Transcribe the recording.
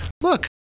look